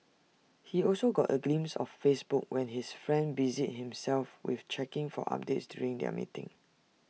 he also got A glimpse of Facebook when his friend busied himself with checking for updates during their meeting